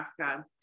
Africa